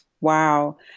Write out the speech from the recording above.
Wow